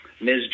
Ms